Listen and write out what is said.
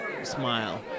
smile